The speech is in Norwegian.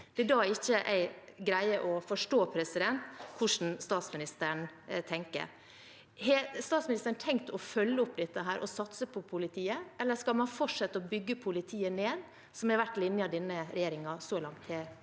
greier ikke jeg å forstå hvordan statsministeren tenker. Har statsministeren tenkt å følge opp dette og satse på politiet, eller skal man fortsette å bygge politiet ned, som har vært linjen denne regjeringen så langt har fulgt?